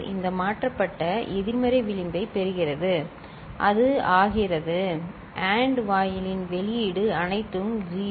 இது மாற்றப்பட்ட எதிர்மறை விளிம்பைப் பெறுகிறது அது ஆகிறது AND வாயிலின் வெளியீடு அனைத்தும் 0 சரி